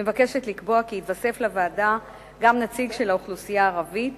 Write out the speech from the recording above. מבקשת לקבוע כי יתווסף לוועדה גם נציג של האוכלוסייה הערבית,